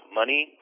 money